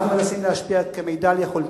אנחנו מנסים להשפיע כמיטב יכולתנו.